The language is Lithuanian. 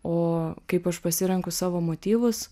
o kaip aš pasirenku savo motyvus